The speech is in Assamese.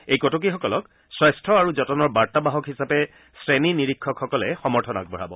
এই কটকীসকলক স্বাস্থ্য আৰু যতনৰ বাৰ্তাবাহক হিচাপে শ্ৰেণী নিৰীক্ষকসকলে সমৰ্থন আগবঢ়াব